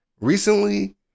recently